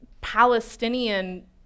Palestinian